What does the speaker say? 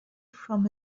from